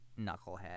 knucklehead